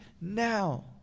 now